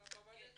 (מדבר באמהרית)